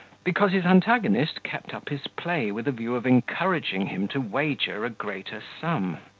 because his antagonist kept up his play with a view of encouraging him to wager a greater sum.